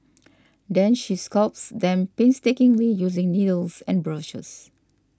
then she sculpts them painstakingly using needles and brushes